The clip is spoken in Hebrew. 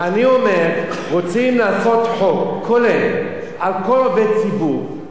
אני אומר: רוצים לעשות חוק כולל על כל עובד ציבור,